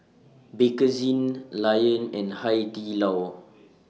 Bakerzin Lion and Hai Di Lao